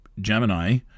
Gemini